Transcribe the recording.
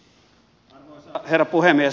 arvoisa herra puhemies